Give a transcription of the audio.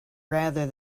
rather